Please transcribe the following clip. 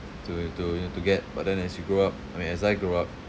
to uh to you know to get but then as you grow up I mean as I grow up